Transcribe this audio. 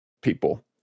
people